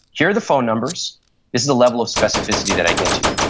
here are the phone numbers. this is the level of specificity that i get to.